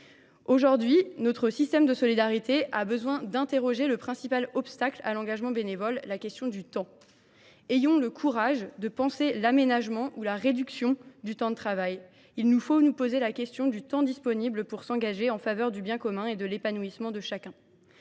Aujourd’hui, notre système de solidarité a besoin que nous nous attaquions au principal obstacle à l’engagement bénévole : la question du temps. Ayons le courage de penser l’aménagement ou la réduction du temps de travail : il nous faut nous poser la question du temps disponible pour s’engager en faveur du bien commun et de l’épanouissement de chacun.